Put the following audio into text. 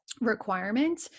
requirement